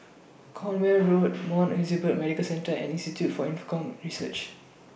Cornwall Road Mount Elizabeth Medical Centre and Institute For Infocomm Research